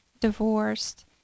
divorced